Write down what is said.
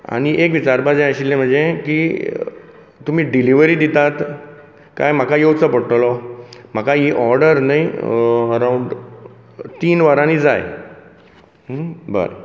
आनी एक विचारपाचें आशिल्लें म्हणजे की तुमी डिलव्हरी दितात काय म्हाका येवचो पडटलो म्हाका ही ऑर्डर न्हय अरावंड तीन वरांनी जाय बरें